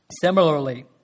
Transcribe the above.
Similarly